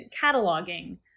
cataloging